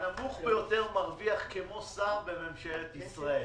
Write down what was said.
השכר הנמוך ביותר מבין החמישה הוא כמו של שר בממשלת ישראל.